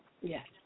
Yes